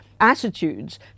attitudes